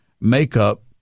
makeup